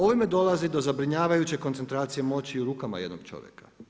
Ovime dolazi do zabrinjavajuće koncentracije moći u rukama jednog čovjeka.